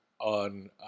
on